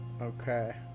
okay